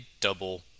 double